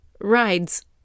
rides